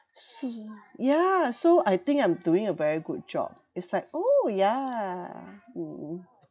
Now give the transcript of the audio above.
s~ yeah so I think I'm doing a very good job it's like oh yeah yeah mm mm